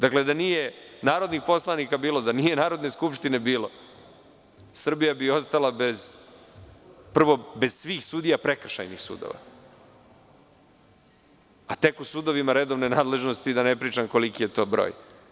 Dakle, da nije narodnih poslanika bilo, da nije bilo Narodne skupštine, Srbija bi ostala prvo bez svih sudija prekršajnih sudova, a tek o sudovima redovne nadležnosti da ne pričam koliki je to broj.